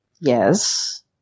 Yes